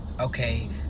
okay